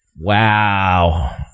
wow